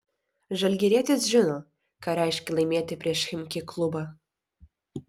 žalgirietis žino ką reiškia laimėti prieš chimki klubą